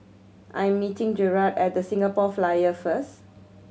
I meeting Jerad at The Singapore Flyer first